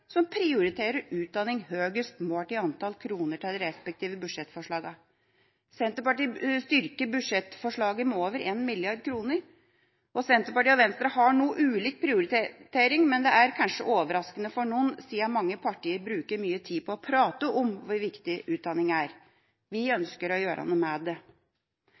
som prioriterer utdanning høgest målt i antall kroner til de respektive budsjettforslagene. Senterpartiet styrker budsjettforslaget med over 1 mrd. kr, og Senterpartiet og Venstre har noe ulik prioritering, men det er kanskje overraskende for noen siden mange partier bruker mye tid på å prate om hvor viktig utdanning er. Vi ønsker å gjøre noe med det.